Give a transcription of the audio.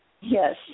Yes